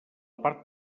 part